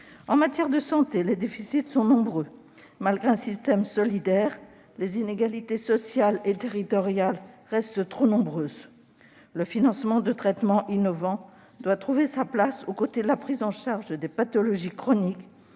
En matière de santé, les défis sont nombreux. Malgré un système solidaire, les inégalités sociales et territoriales restent trop importantes. Le financement de traitements innovants doit trouver sa place aux côtés de la prise en charge des pathologies chroniques,